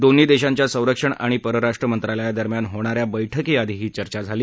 दोन्ही देशांच्या संरक्षण आणि परराष्ट्र मंत्रालयादरम्यान होणा या बैठकीआधी ही चर्चा झाली